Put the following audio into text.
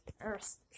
earth